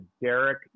Derek